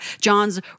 John's